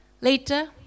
Later